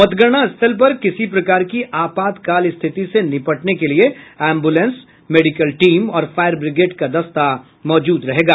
मतगणना स्थल पर किसी प्रकार की आपातकाल स्थिति से निपटने के लिए एम्ब्रलेंस मेडिकल टीम और फायर बिग्रेड का दस्ता मौजूद रहेगा